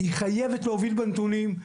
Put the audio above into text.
היא חייבת להוביל בנתונים,